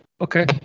Okay